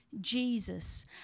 Jesus